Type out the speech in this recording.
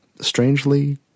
strangely